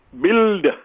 build